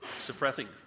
Suppressing